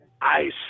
ice